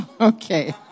Okay